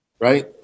Right